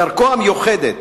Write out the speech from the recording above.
בדרכו המיוחדת,